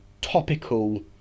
topical